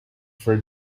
for